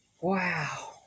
Wow